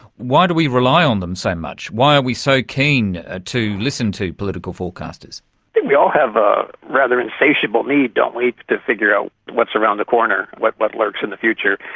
why do we rely on them so much? why are we so keen ah to listen to political forecasters? i think we all have a rather insatiable need, don't we, to figure out what is around the corner, what what lurks in the future.